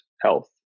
health